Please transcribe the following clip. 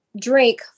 drink